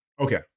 Okay